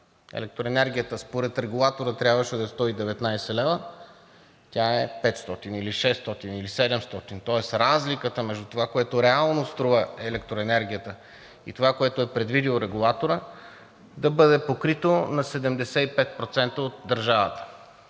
Електроенергията според Регулатора трябваше да е 119 лв., тя е 500 или 600, или 700. Тоест разликата между това, което реално струва електроенергията, и това, което е предвидил Регулаторът, да бъде покрито на 75% от държавата.